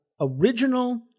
original